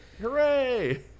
Hooray